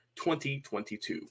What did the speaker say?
2022